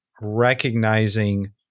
recognizing